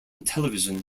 television